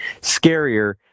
scarier